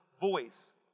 voice